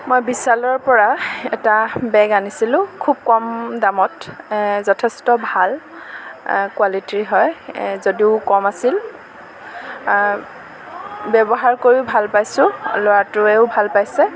মই বিশালৰ পৰা এটা বেগ আনিছিলোঁ খুব কম দামত যথেষ্ট ভাল কোৱালিটিৰ হয় যদিও কম আছিল ব্যৱহাৰ কৰিও ভাল পাইছোঁ ল'ৰাটোৱেও ভাল পাইছে